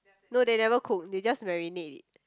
no they never cook they just marinate it